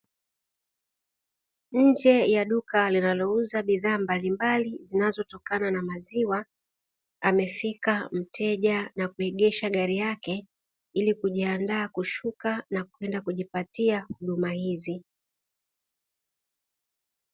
Nje ya duka linalouza bidhaa mbalimbali zinazotokana na maziwa amefika mteja na kuegesha gari yake ili kujiandaa kushuka na kupenda kujipatia huduma hizi.